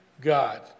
God